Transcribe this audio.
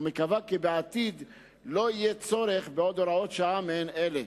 ומקווה כי בעתיד לא יהיה צורך בעוד הוראות שעה מעין אלה.